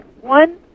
One